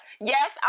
yes